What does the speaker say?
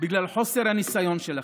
בגלל חוסר הניסיון שלכם,